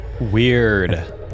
weird